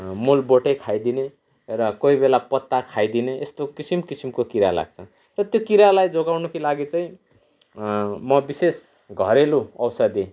मूल बोटै खाइदिने र कोही बेला पत्ता खाइदिने यस्तो किसिम किसिमको किरा लाग्छ र त्यो किरालाई जोगाउनुको लागि चाहिँ म विशेष घरेलु औषधि